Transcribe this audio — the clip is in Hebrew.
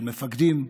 של מפקדים.